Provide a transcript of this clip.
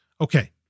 Okay